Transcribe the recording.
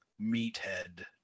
meathead